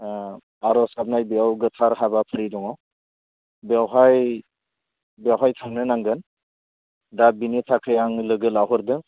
ओ आरज गाबनाय बेयाव गोथार हाबाफारि दङ बेवहाय बेवहाय थांनो नांगोन दा बिनि थाखै आं लोगो लाहरदों